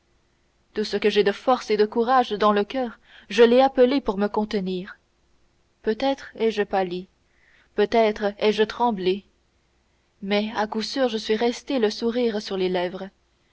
tout ce que j'ai de force et de courage dans le coeur je l'ai appelé pour me contenir peut-être ai-je pâli peut-être ai-je tremblé mais à coup sûr je suis resté le sourire sur les lèvres